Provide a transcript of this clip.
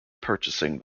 purchasing